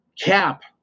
cap